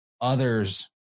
others